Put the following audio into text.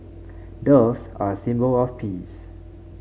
doves are a symbol of peace